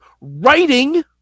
writing